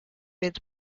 with